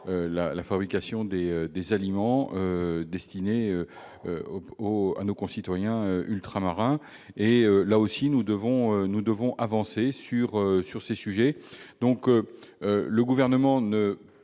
la fabrication des aliments destinés à nos concitoyens ultramarins. Nous devons avancer sur ces sujets. Le Gouvernement ne